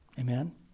Amen